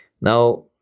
Now